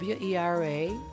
WERA